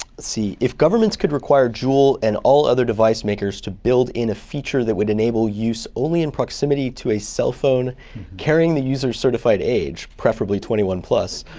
if governments could require juul and all other device makers to build in a feature that would enable use only in proximity to a cell phone carrying the user's certified age, preferably twenty one plus,